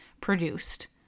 produced